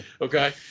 Okay